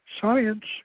science